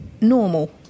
normal